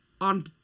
On